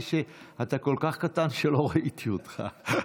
אתה כל כך קטן שלא ראיתי אותך.